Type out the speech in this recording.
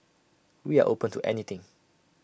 we are open to anything